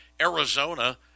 Arizona